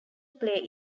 play